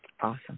Awesome